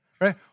right